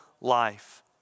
life